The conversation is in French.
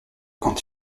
quand